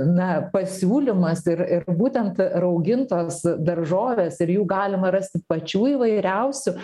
na pasiūlymas ir ir būtent raugintos daržovės ir jų galima rasti pačių įvairiausių